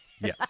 Yes